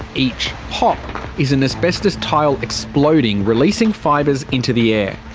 each pop is an asbestos tile exploding, releasing fibres into the air.